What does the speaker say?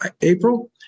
April